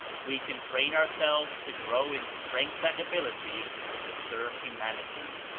we can train ourselves to grow in strength and ability to serve humanity,